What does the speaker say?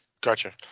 Gotcha